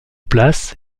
place